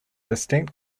distinct